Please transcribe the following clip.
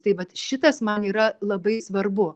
tai vat šitas man yra labai svarbu